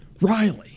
Riley